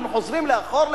אנחנו חוזרים לאחור,